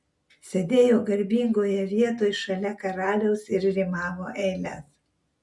sėdėjo garbingoje vietoj šalia karaliaus ir rimavo eiles